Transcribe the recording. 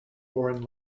foreign